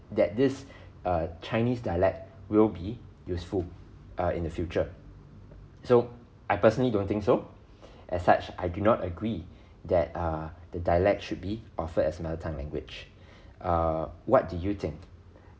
that this err chinese dialect will be useful err in the future so I personally don't think so as such I do not agree that err the dialect should be offered as mother tongue language err what do you think